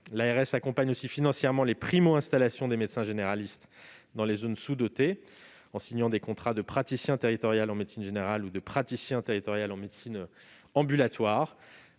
L'ARS accompagne aussi financièrement les primo-installations des médecins généralistes dans les zones sous-dotées, en signant des contrats de praticien territorial en médecine générale ou de praticien territorial en médecine ambulatoire.